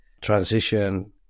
transition